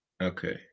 Okay